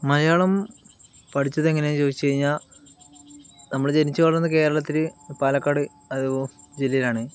മലയാളം പഠിച്ചതെങ്ങനെയാണെന്നു ചോദിച്ചു കഴിഞ്ഞാൽ നമ്മൾ ജനിച്ചു വളർന്നത് കേരളത്തിൽ പാലക്കാട് ജില്ലയിലാണ്